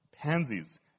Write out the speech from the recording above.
pansies